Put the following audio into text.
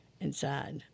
inside